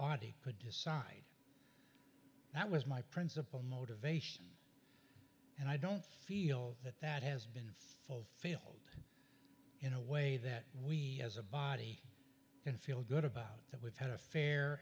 body could decide that was my principle motivation and i don't feel that that has been fulfilled in a way that we as a body can feel good about that we've had a fair